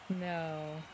No